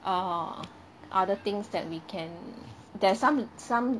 err other things that we can there is some some